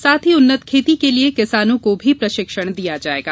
साथ ही उन्नत खेती के लिए किसानों को भी प्रशिक्षण दिया जायेगा